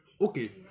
okay